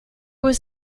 was